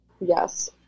Yes